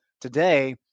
today